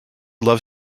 love